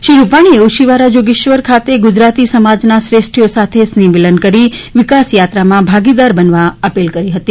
શ્રી રૂપાણીએ ઓશીબારા જોગેશ્વરી ખાતે ગુજરાતી સમાજના શ્રેષ્ઠીઓ સાથે સ્નેહ મિલન કરી વિકાસયાત્રામાં ભાગીદાર બનવા અપીલ કરી હતી